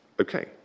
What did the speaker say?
Okay